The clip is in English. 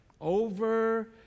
Over